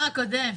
שר האוצר הקודם.